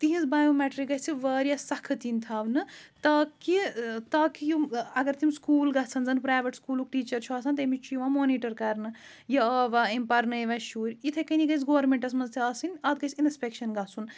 تِہِنٛز بَیو میٹِرٛک گژھِ واریاہ سخت یِنۍ تھاونہٕ تاکہِ تاکہِ یِم اگر تِم سکوٗل گژھن زَنہٕ پرٛایوٮ۪ٹ سکوٗلُک ٹیٖچَر چھُ آسان تٔمِس چھِ یِوان مونیٖٹَر کَرنہٕ یہِ آوا أمۍ پَرنٲویٛا شُرۍ یِتھَے کَنی گژھِ گورمٮ۪نٛٹَس منٛز تہِ آسٕنۍ اَتھ گژھِ اِنَسپٮ۪کشَن گژھُن